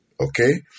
okay